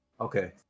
Okay